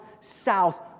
south